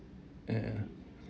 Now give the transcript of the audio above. ya